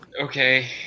Okay